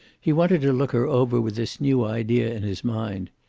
he wanted to look her over with this new idea in his mind.